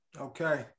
Okay